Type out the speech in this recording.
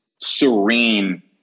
serene